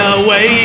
away